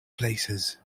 places